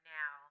now